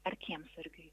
ar kiemsargiui